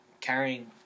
carrying